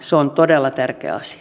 se on todella tärkeä asia